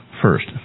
First